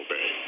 Bay